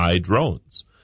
drones